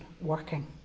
working